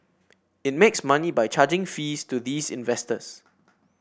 it makes money by charging fees to these investors